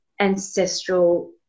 ancestral